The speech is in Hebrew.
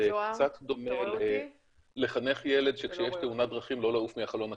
זה קצת דומה ללחנך ילד שכשיש תאונת דרכים לא לעוף מהחלון הקדמי.